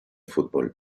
fútbol